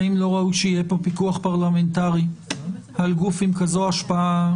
האם לא ראוי שיהיה פה פיקוח פרלמנטרי על גוף עם כזו השפעה?